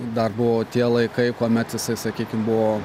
dar buvo tie laikai kuomet jisai sakykim buvo